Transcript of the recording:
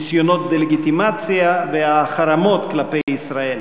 ניסיונות דה-לגיטימציה והחרמות כלפי ישראל,